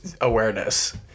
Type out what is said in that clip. awareness